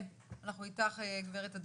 אנחנו איתך, גב' אדמון.